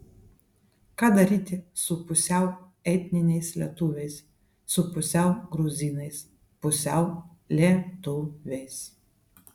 ką daryti su pusiau etniniais lietuviais su pusiau gruzinais pusiau lietuviais